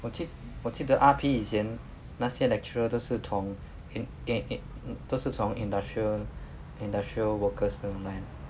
我记我记得 R_P 以前那些 lecturer 都是从 in~ in~ 都是从 industrial industrial workers 的 line ah